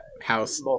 House